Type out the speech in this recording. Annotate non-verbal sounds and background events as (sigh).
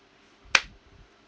(noise)